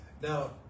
Now